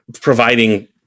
providing